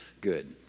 good